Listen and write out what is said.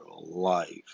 life